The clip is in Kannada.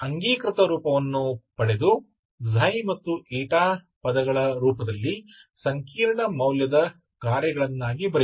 ಅಂಗೀಕೃತ ರೂಪವನ್ನು ಪಡೆದು ξ ಮತ್ತು ಪದಗಳ ರೂಪದಲ್ಲಿ ಸಂಕೀರ್ಣ ಮೌಲ್ಯದ ಕಾರ್ಯಗಳನ್ನಾಗಿ ಬರೆಯಿರಿ